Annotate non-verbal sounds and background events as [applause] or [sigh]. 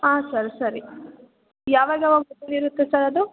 ಹಾಂ ಸರ್ ಸರಿ ಯಾವಾಗ್ಯಾವಾಗ [unintelligible] ಇರುತ್ತೆ ಸರ್ ಅದು